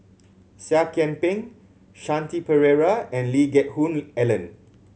Seah Kian Peng Shanti Pereira and Lee Geck Hoon Ellen